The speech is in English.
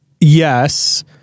Yes